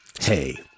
Hey